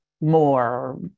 more